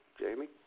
Jamie